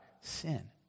sin